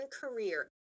career